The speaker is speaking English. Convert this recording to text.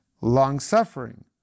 long-suffering